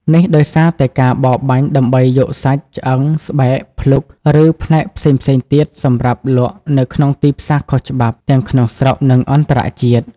នេះដោយសារតែការបរបាញ់ដើម្បីយកសាច់ ឆ្អឹង ស្បែក ភ្លុក ឬផ្នែកផ្សេងៗទៀតសម្រាប់លក់នៅក្នុងទីផ្សារខុសច្បាប់ ទាំងក្នុងស្រុក និងអន្តរជាតិ។